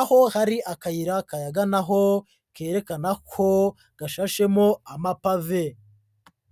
aho hari akayira kayaganaho kerekana ko gashashemo amapave.